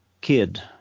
kid